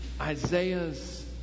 Isaiah's